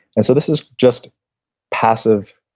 and so this is just passive,